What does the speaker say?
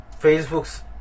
Facebook's